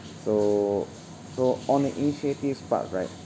so so on the initiatives part right